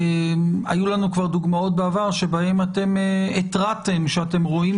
היו לנו כבר דוגמאות בעבר שבהן אתם התרעתם שאתם רואים